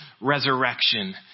resurrection